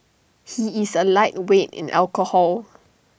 he is A lightweight in alcohol